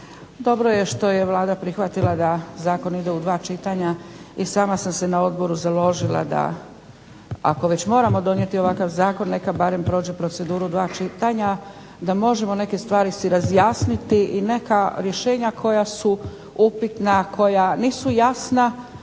Dobro je što je Vlada prihvatila da zakon ide u dva čitanja, i sama sam se na odboru založila da ako već moramo donijeti ovakav zakon, neka barem prođe proceduru dva čitanja, da možemo neke stvari si razjasniti i neka rješenja koja su upitna, koja nisu jasna,